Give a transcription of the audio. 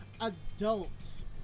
adults